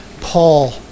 Paul